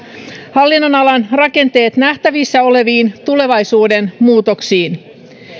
hallinnonalan rakenteet nähtävissä oleviin tulevaisuuden muutoksiin